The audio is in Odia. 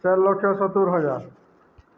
ଚାରି ଲକ୍ଷ ସତୁୁରୀ ହଜାର